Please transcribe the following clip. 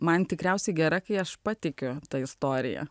man tikriausiai gera kai aš patikiu tą istoriją